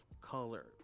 color